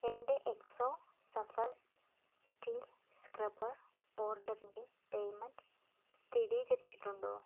എന്റെ Exo Safal steel scrubber ഓർഡറിന്റെ payment സ്ഥിരീകരിച്ചിട്ടുണ്ടോ